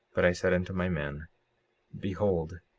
but i said unto my men behold,